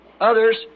others